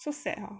so sad hor